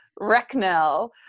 Recknell